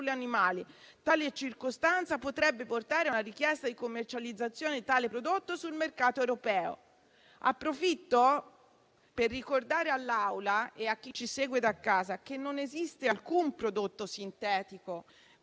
Tale circostanza potrebbe portare a una richiesta di commercializzazione di tale prodotto sul mercato europeo». Approfitto per ricordare all'Assemblea e a chi ci segue da casa che non esiste alcun prodotto sintetico,